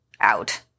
out